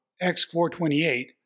X-428